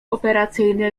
operacyjny